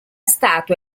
statua